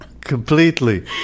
Completely